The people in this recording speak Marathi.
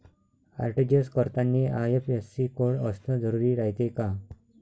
आर.टी.जी.एस करतांनी आय.एफ.एस.सी कोड असन जरुरी रायते का?